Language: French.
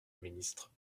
ministre